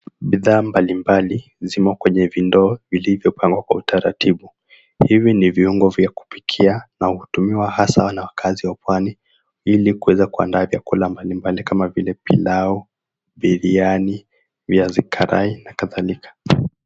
Bidhaa mbalimbali zimo kwenye vindoo vilivyopangwa kwa utaratibu hivi ni viungo vya kupikia na hutumiwa hasa na wakazi wa pwani ili kuweza kuandaa vyakula mbalimbali kama vile pilau, biriani, viazi karai na kadhalika.